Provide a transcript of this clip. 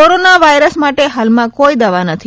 corona virus માટે હાલમાં કોઇ દવા નથી